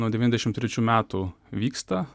nuo devyniasdešim trečių metų vyksta